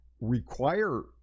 require